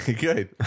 Good